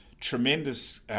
tremendous